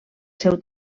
seu